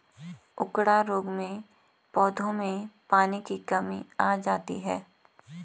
उकडा रोग में पौधों में पानी की कमी आ जाती है